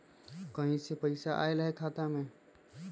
कहीं से पैसा आएल हैं खाता में?